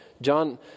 John